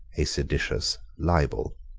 a seditious libel.